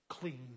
clean